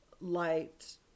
light